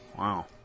Wow